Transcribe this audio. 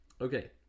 Okay